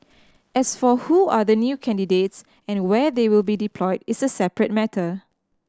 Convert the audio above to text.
as for who are the new candidates and where they will be deployed is a separate matter